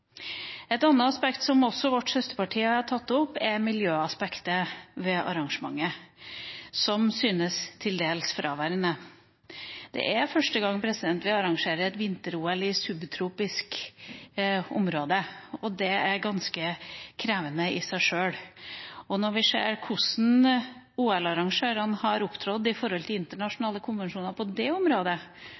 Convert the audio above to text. Et annet viktig aspekt som vårt søsterparti også har tatt opp, er miljøaspektet ved arrangementet, som synes til dels fraværende. Det er første gang det arrangeres vinter-OL i et subtropisk område, og det er ganske krevende i seg sjøl. Når vi ser hvordan OL-arrangørene har opptrådt i forhold til internasjonale konvensjoner på det området